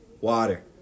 water